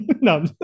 No